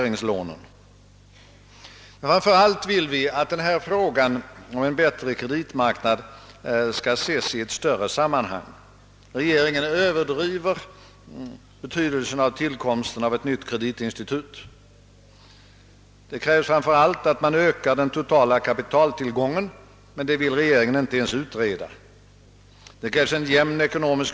I den artikel i »Aktuellt» av statsrådet Wickman som jag nämnde står bl a. under hänvisning till någon del av en artikel i tidningen Expressen, att »mittenpartierna vill ha banken under ett år innan den börjat fungera i större skala.